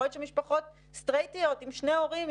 יכול להיות שמשפחות סטרייטיות עם שני הורים,